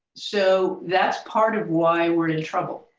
so that's part of why we're in trouble.